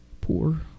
Poor